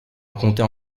comptait